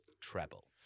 treble